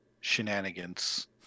shenanigans